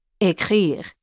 écrire